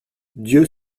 dieu